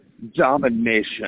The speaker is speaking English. domination